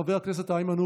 חברת הכנסת עאידה תומא